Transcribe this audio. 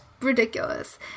ridiculous